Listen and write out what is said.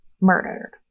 murdered